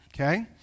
okay